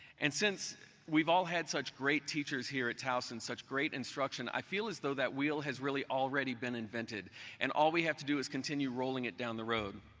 and since we've all had such great teachers here at towson, such great instruction, i feel as though that wheel has really already been invented and all we have to do is continue rolling it down the road.